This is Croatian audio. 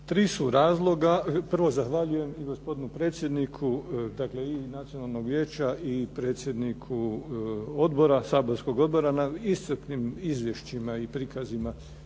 i zastupnici. Prvo zahvaljujem i gospodinu predsjedniku, dakle i Nacionalnog vijeća i predsjedniku saborskog odbora na iscrpnim izvješćima i prikazima